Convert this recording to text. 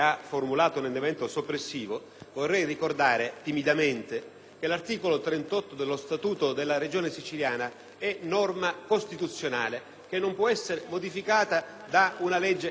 che l'articolo 38 dello Statuto della Regione siciliana è norma costituzionale e non può essere modificato da una legge ordinaria. È elementare che sia così ed egli lo sa perfettamente.